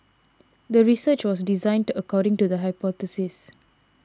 the research was designed according to the hypothesis